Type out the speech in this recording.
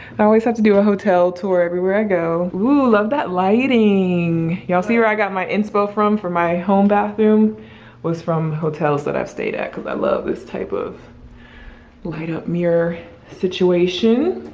i always have to do a hotel tour everywhere i go. oh, love that lighting. y'all see where i got my inspro from for my home bathroom was from hotels that i've stayed at cause i love this type of light up mirror situation.